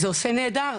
זה עושה נהדר,